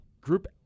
Group